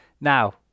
Now